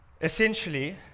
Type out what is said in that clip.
essentially